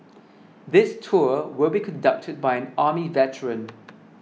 this tour will be conducted by an army veteran